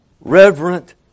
reverent